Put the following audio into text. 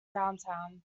downtown